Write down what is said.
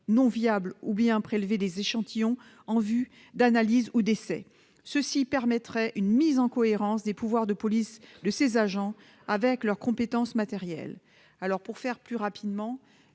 non viables ou bien du prélèvement d'échantillons en vue d'analyse ou d'essai. Cela permettrait une mise en cohérence des pouvoirs de police de ces agents avec leurs compétences matérielles. J'insiste sur deux points.